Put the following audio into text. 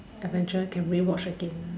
Avenger can we watch again